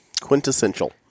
Quintessential